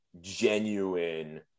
genuine